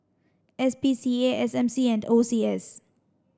S P C A S M C and O C S